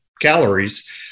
calories